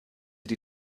die